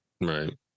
Right